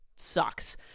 sucks